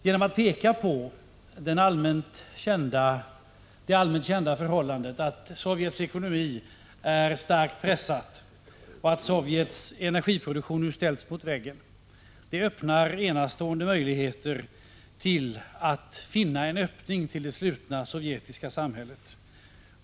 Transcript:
Genom att peka på det allmänt kända förhållandet att Sovjets ekonomi är starkt pressad och att Sovjets energiproduktion nu ställs mot väggen uppenbarar sig enastående möjligheter till att finna en öppning i det slutna sovjetiska samhället.